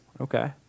Okay